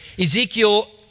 Ezekiel